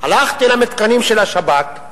הלכתי למתקנים של השב"כ,